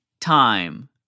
time